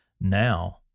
now